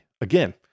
Again